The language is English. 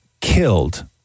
killed